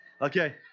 Okay